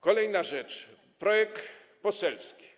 Kolejna rzecz - projekt poselski.